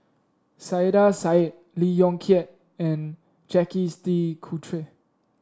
Saiedah Said Lee Yong Kiat and Jacques De Coutre